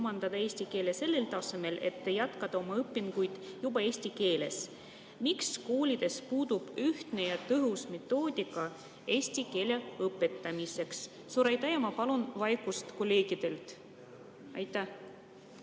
eesti keele sellel tasemel, et jätkata oma õpinguid juba eesti keeles. Miks koolides puudub ühtne ja tõhus metoodika eesti keele õpetamiseks? Ja ma palun vaikust kolleegidelt. Austatud